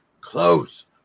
close